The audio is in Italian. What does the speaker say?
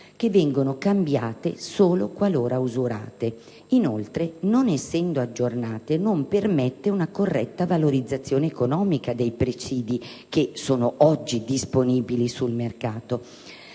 che vengono cambiate soltanto qualora usurate. Inoltre, non essendo aggiornato, non permette una corretta valorizzazione economica dei presidi oggi disponibili sul mercato.